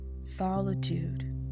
solitude